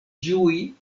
ĝui